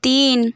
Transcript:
তিন